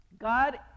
God